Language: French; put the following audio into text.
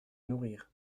nourrir